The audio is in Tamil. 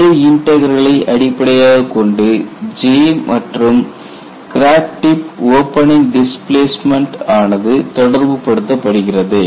J இன்டக்ரலை அடிப்படையாகக் கொண்டு J மற்றும் கிராக் டிப் ஓபனிங் டிஸ்பிளேஸ்மெண்ட் ஆனது தொடர்புபடுத்தப்படுகிறது